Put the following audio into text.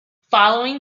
following